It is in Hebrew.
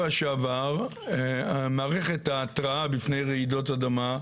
שעבר מערכת ההתראה בפני רעידות אדמה,